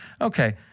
Okay